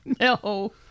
No